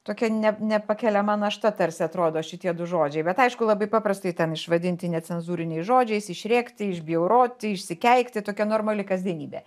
tokia ne nepakeliama našta tarsi atrodo šitie du žodžiai bet aišku labai paprastai ten išvadinti necenzūriniais žodžiais išrėkti išbjauroti išsikeikti tokia normali kasdienybė